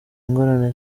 ingorane